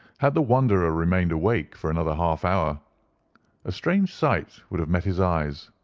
had the wanderer remained awake for another half hour a strange sight would have met his eyes.